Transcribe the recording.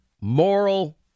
moral